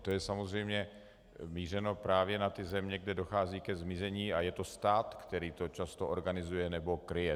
To je samozřejmě mířeno právě na země, kde dochází ke zmizení, a je to stát, který to často organizuje nebo kryje.